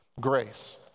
grace